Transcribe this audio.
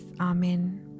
Amen